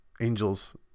Angels